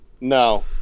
No